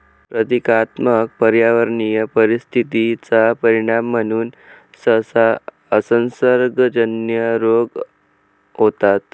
प्रतीकात्मक पर्यावरणीय परिस्थिती चा परिणाम म्हणून सहसा असंसर्गजन्य रोग होतात